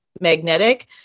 magnetic